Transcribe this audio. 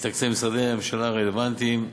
מתקציבי משרדי הממשלה הרלוונטיים.